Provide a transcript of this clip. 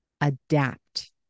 adapt